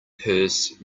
purse